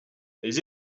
les